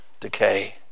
decay